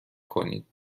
کنید